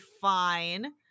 fine